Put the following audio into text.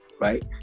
right